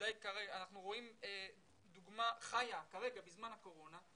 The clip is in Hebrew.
אנחנו רואים דוגמה חיה כרגע, בזמן הקורונה,